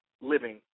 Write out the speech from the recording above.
living